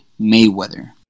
Mayweather